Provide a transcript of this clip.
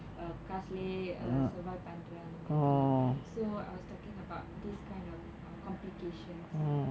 காசுலேயே:kaasulaeyae survive பண்ற அந்த மாதிரி:pandra antha maathiri so I was talking about this kind of complications